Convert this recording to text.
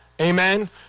amen